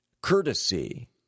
courtesy